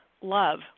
love